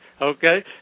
Okay